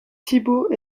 thibaud